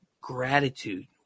gratitude